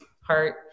heart